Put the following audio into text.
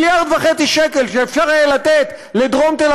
1.5 מיליארד שקל שאפשר היה לתת לדרום תל